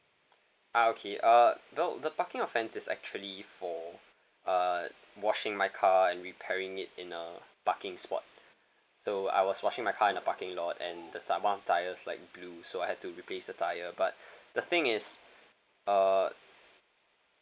ah okay uh no the parking offence is actually for uh washing my car and repairing it in a parking spot so I was washing my car in a parking lot and the ty~ one of the tyres like blew so I had to replace the tyre but the thing is uh